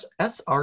SR